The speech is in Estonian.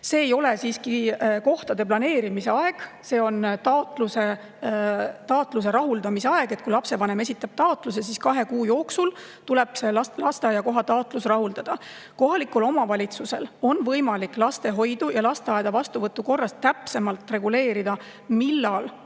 See ei ole siiski kohtade planeerimise aeg, vaid see on taotluse rahuldamise aeg, et kui lapsevanem esitab taotluse, siis kahe kuu jooksul tuleb see lasteaiakoha taotlus rahuldada. Kohalikul omavalitsusel on võimalik lastehoidu ja lasteaeda vastuvõtu korras täpsemalt reguleerida, millal